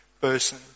person